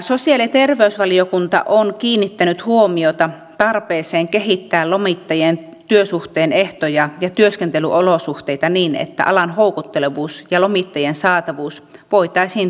sosiaali ja terveysvaliokunta on kiinnittänyt huomiota tarpeeseen kehittää lomittajien työsuhteen ehtoja ja työskentelyolosuhteita niin että alan houkuttelevuus ja lomittajien saatavuus voitaisiin turvata